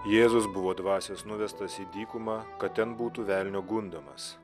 jėzus buvo dvasios nuvestas į dykumą kad ten būtų velnio gundomas